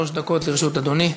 שלוש דקות לרשות אדוני.